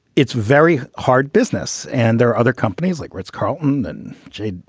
it's very hard business and there are other companies like ritz carlton than j.